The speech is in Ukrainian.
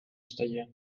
стає